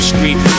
Street